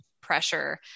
pressure